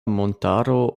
montaro